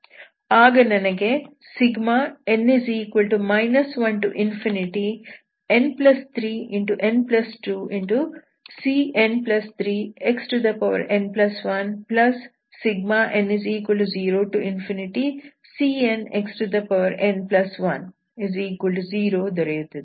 ಆಗ ನನಗೆ n 1n3n2cn3xn1n0cnxn10 ದೊರೆಯುತ್ತದೆ